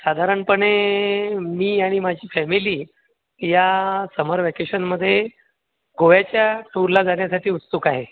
साधारणपणे मी आणि माझी फॅमिली या समर वॅकेशनमध्ये गोव्याच्या टूरला जाण्यासाठी उत्सुक आहे